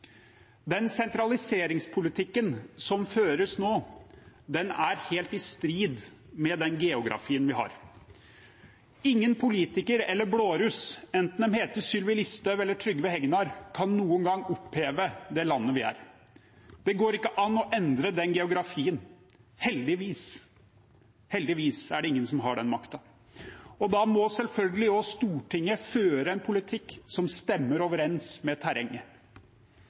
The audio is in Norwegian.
Den sentraliseringspolitikken som føres nå, er helt i strid med den geografien vi har. Ingen politiker eller blåruss, enten de heter Sylvi Listhaug eller Trygve Hegnar, kan noen gang oppheve det landet vi er. Det går ikke an å endre den geografien. Heldigvis er det ingen som har den makta. Da må selvfølgelig Stortinget føre en politikk som stemmer overens med terrenget.